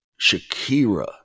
Shakira